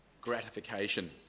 gratification